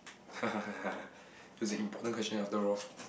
it was an important question after all